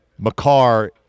McCarr